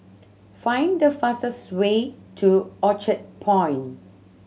find the fastest way to Orchard Point